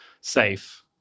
safe